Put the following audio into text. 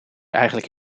eigenlijk